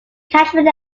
catchment